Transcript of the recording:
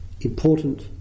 important